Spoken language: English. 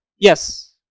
Yes